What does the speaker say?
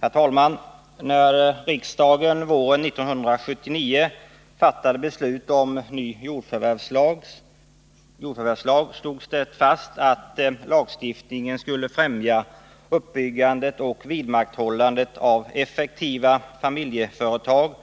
Herr talman! När riksdagen våren 1979 fattade beslut om en ny jordförvärvslag slogs det fast att lagstiftningen skulle främja uppbyggandet och vidmakthållandet av effektiva familjeföretag